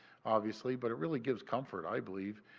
obviously. but, it really gives comfort, i believe.